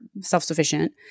self-sufficient